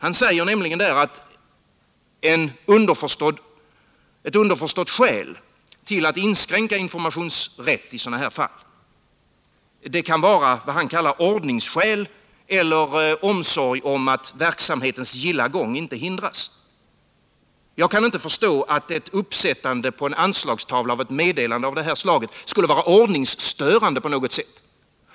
JO anför nämligen att ett underförstått skäl till att inskränka informationsrätten i sådana här fall kan vara ”ordningsskäl” eller omsorgen om att ”verksamhetens gilla gång” inte hindras. Jag kan inte förstå att uppsättandet på en anslagstavla av ett meddelande av detta slag skulle vara ordningsstörande på något sätt.